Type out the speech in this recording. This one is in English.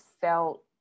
felt